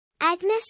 Agnes